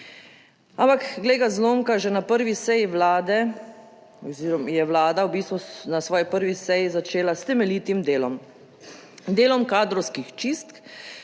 Ampak, glej ga zlomka, že na prvi seji Vlade oziroma je Vlada v bistvu na svoji prvi seji začela s temeljitim delom, delom kadrovskih čistk,